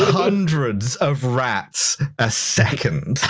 hundreds of rats a second.